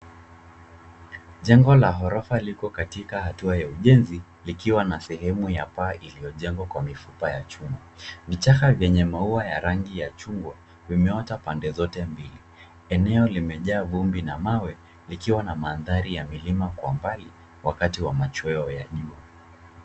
Jengo la ghorofa liko katika hatua ya ujenzi likiwa na sehemu ya paa iliyojengwa kwa mifupa ya chuma. Vichaka vyenye maua ya rangi ya chungwa vimeota pande zote mbili. Eneo limejaa vumbi na mawe likiwa na mandhari ya milima kwa mbali wakati wa machweo ya jua.